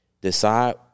decide